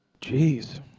Jeez